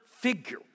figure